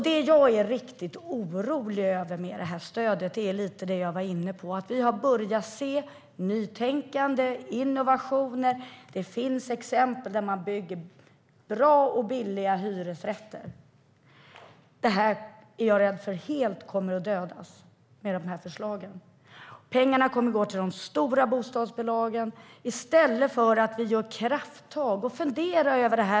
Det jag är riktigt orolig över beträffande stödet gäller, som jag var inne på, det nytänkande och de innovationer som vi har börjat se. Det finns exempel där man bygger bra och billiga hyresrätter, men jag är rädd att förslagen helt kommer att döda detta. Pengarna kommer att gå till de stora bostadsbolagen i stället för att vi tar krafttag och funderar över detta.